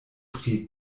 pri